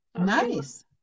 nice